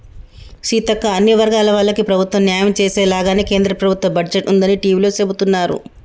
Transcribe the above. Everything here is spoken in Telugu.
సీతక్క అన్ని వర్గాల వాళ్లకి ప్రభుత్వం న్యాయం చేసేలాగానే కేంద్ర ప్రభుత్వ బడ్జెట్ ఉందని టివీలో సెబుతున్నారు